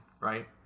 right